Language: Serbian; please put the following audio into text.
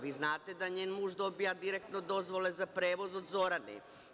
Vi znate da njen muž dobija direktno dozvole za prevoz od Zorane.